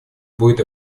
будет